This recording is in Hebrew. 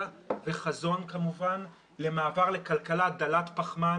וחזון כמובן למעבר לכלכלה דלת פחמן,